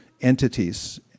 entities